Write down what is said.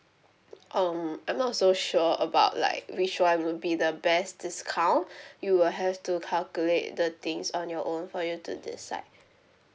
um I'm not so sure about like which one would be the best discount you will have to calculate the things on your own for you to decide